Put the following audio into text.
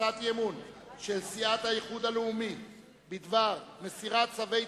אי-אמון של סיעת האיחוד הלאומי בדבר מסירת צווי